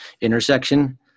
intersection